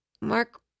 mark